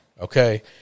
okay